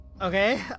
Okay